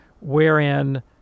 wherein